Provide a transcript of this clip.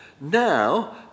Now